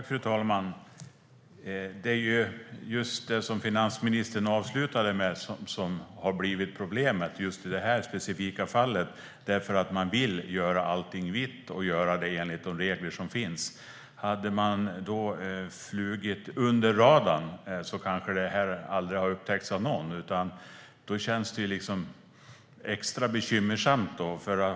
Fru talman! Det är ju just det finansministern avslutade med som har blivit problemet i det här specifika fallet, eftersom man vill göra allting vitt i enlighet med gällande regler. Hade man flugit under radarn kanske det här aldrig hade upptäckts av någon. Därför känns det extra bekymmersamt.